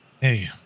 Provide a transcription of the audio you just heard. Hey